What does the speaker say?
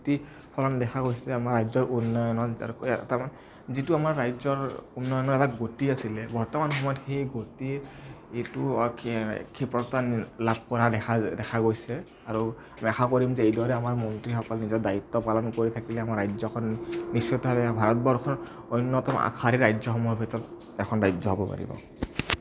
প্ৰতিফলন দেখা গৈছে আমাৰ ৰাজ্যৰ উন্নয়ণত যিটো আমাৰ ৰাজ্যৰ উন্নয়ণৰ এটা গতি আছিলে বৰ্তমান সময়ত সেই গতি এইটো ক্ষিপ্ৰতা লাভ কৰা দেখা দেখা গৈছে আৰু আশা কৰিম যে এইদৰে আমাৰ মন্ত্ৰীসকলে নিজৰ দায়িত্ব পালন কৰি থাকিলে আমাৰ ৰাজ্যখন নিশ্চিতভাৱে ভাৰতবৰ্ষৰ অন্যতম আগশাৰীৰ ৰাজ্যসমূহৰ ভিতৰত এখন ৰাজ্য হ'ব পাৰিব